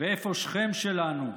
ואיפה שכם שלנו?